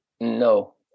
no